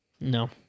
No